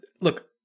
Look